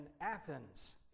Athens